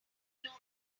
ignore